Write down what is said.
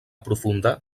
profunda